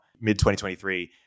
mid-2023